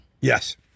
Yes